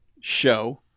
show